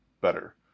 better